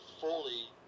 fully